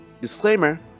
Disclaimer